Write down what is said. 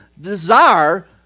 desire